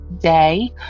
day